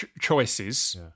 choices